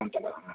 ఉంటానమ్మా